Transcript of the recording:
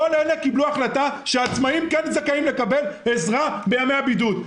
כל אלה קיבלו החלטה שעצמאים זכאים לקבל עזרה בימי הבידוד.